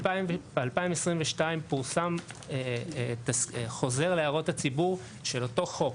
ב-2022 פורסם חוזר להערות הציבור של אותו חוק.